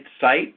site